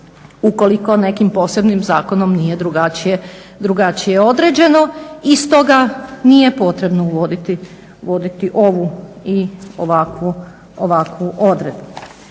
ukoliko nekim posebnim zakonom nije drugačije određeno. I stoga nije potrebno uvoditi ovu i ovakvu odredbu.